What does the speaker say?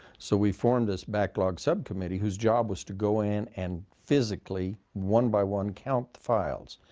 so we formed this backlog subcommittee whose job was to go in and physically, one by one, count the files,